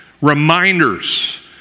reminders